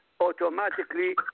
automatically